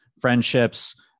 friendships